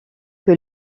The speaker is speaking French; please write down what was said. que